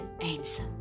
answer